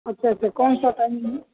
اچھا اچھا کون سا ٹائمنگ ہے